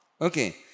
Okay